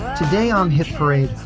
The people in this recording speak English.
today on hit parade,